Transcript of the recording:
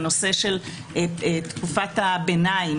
הנושא של תקופת הביניים,